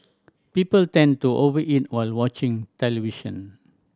people tend to over eat while watching television